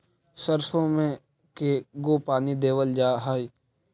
सरसों में के गो पानी देबल जा है?